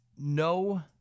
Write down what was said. no